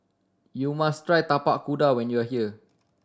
you must try Tapak Kuda when you are here